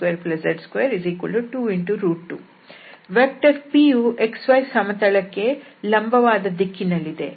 vector p ಯು x y ಸಮತಲಕ್ಕೆ ಲಂಬವಾದ ದಿಕ್ಕಿನಲ್ಲಿದೆ